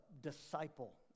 disciple